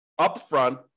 upfront